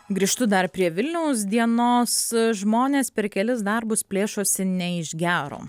grįžtu dar prie vilniaus dienos žmonės per kelis darbus plėšosi ne iš gero